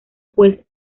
pues